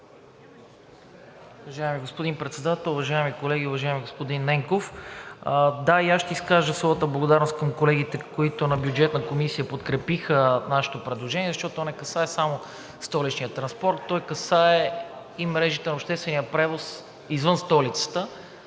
Уважаеми господин Председател, уважаеми колеги, уважаеми господин Ненков! Да, и аз ще изкажа своята благодарност към колегите, които в Бюджетната комисия подкрепиха нашето предложение, защото то не касае само Столичния транспорт, то касае и мрежите на обществения превоз извън столицата.